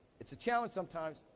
it's a challenge sometimes,